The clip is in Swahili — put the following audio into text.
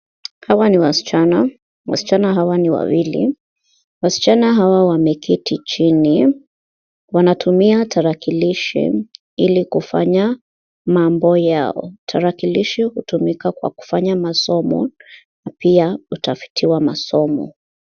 Hawa ni wasichana, wasichana hawa ni wawili, wasichana hawa wameketi chini, wanatumia tarakilishi hili kufanya mambo yao. Tarakilishi utumika kwa kufanya masomo na pia utafiti wa masomo.